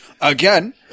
again